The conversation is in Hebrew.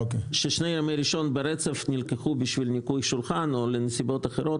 לא זוכר ששני ימי ראשון ברצף נלקחו בשביל ניקוי שולחן או לנסיבות אחרות.